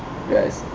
ya